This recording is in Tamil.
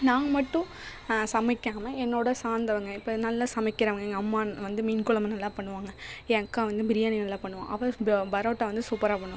நான் மட்டும் சமைக்காமல் என்னோடய சார்ந்தவங்க இப்போ நல்ல சமைக்கிறவங்க எங்கள் அம்மா வந்து மீன் கொழம்பு நல்லா பண்ணுவாங்க என் அக்கா வந்து பிரியாணி நல்லா பண்ணுவா அவள் ப பரோட்டா வந்து சூப்பராக பண்ணுவா